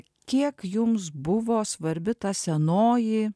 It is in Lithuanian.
kiek jums buvo svarbi ta senoji